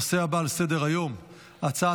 בעד,